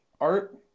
art